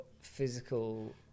physical